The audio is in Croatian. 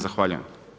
Zahvaljujem.